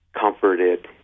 Comforted